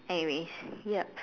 anyway yup